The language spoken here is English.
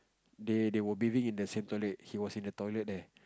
they they were bathing in the same toilet he was in the toilet there